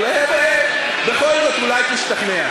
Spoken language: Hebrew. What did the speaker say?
אבל בכל זאת, אולי תשתכנע.